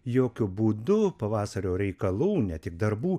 jokiu būdu pavasario reikalų ne tik darbų